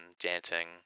dancing